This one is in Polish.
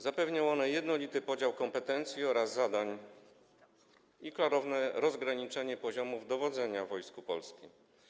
Zapewnią one jednolity podział kompetencji oraz zadań i klarowne rozgraniczenie poziomów dowodzenia w Wojsku Polskim.